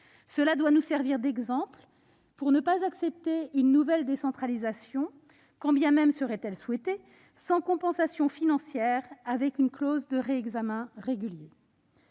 Cela doit nous servir d'exemple, afin que nous n'acceptions pas une nouvelle décentralisation- quand bien même serait-elle souhaitée -sans compensation financière et sans clause de réexamen régulier.